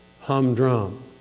humdrum